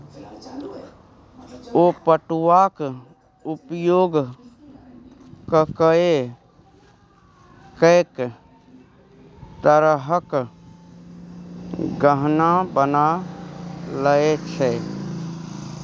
ओ पटुआक उपयोग ककए कैक तरहक गहना बना लए छै